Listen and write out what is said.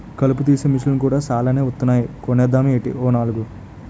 కలుపు తీసే మిసన్లు కూడా సాలానే వొత్తన్నాయ్ కొనేద్దామేటీ ఓ నాలుగు?